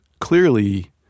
clearly